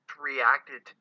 reacted